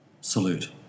Salute